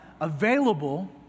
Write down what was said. available